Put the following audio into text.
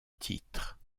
titre